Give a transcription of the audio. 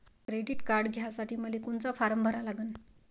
Credit card घ्यासाठी मले कोनचा फारम भरा लागन?